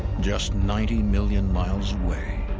just ninety million miles away,